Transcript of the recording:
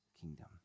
kingdom